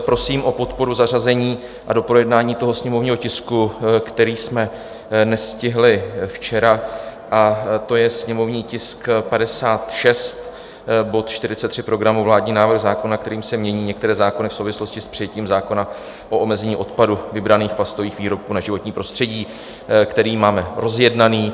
Prosím o podporu zařazení a doprojednání sněmovního tisku, který jsme nestihli včera, a to je sněmovní tisk 56, bod 43 programu Vládní návrh zákona, kterým se mění některé zákony v souvislosti s přijetím zákona o omezení dopadu vybraných plastových výrobků na životní prostředí, který máme rozjednaný.